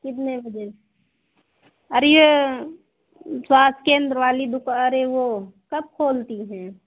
कितने बजे अरे यह स्वास्थ्य केंद्र वाली दुक अरे वह कब खोलती हैं